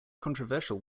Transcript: controversial